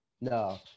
no